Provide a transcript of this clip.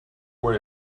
worry